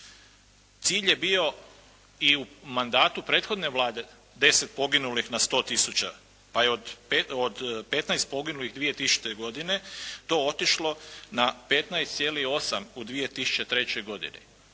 Cilj je bio i u mandatu prethodne Vlade 10 poginulih na 100 tisuća pa je od 15 poginulih 2000. godine to otišlo na 15,8 u 2003. godini.